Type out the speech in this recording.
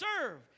serve